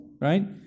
Right